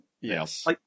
Yes